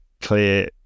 clear